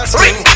ring